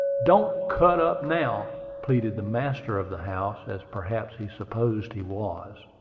don't cut up now! pleaded the master of the house, as perhaps he supposed he was.